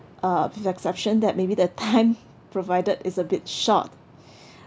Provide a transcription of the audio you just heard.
uh with the exception that maybe the time provided is a bit short